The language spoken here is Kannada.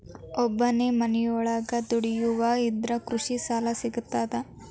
ಒಬ್ಬನೇ ಮನಿಯೊಳಗ ದುಡಿಯುವಾ ಇದ್ರ ಕೃಷಿ ಸಾಲಾ ಸಿಗ್ತದಾ?